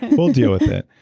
we'll deal with it.